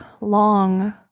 long